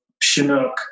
Chinook